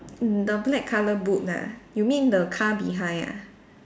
the black colour boot ah you mean the car behind ah